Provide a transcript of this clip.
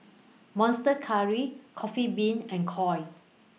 Monster Curry Coffee Bean and Koi